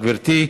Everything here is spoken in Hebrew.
גברתי.